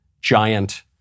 giant